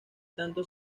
tanto